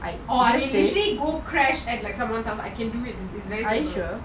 I can actually go crash at someone's house